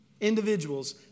individuals